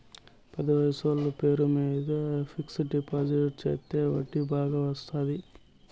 పెద్ద వయసోళ్ల పేరు మీద ఫిక్సడ్ డిపాజిట్ చెత్తే వడ్డీ బాగా వత్తాది